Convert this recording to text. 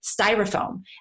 styrofoam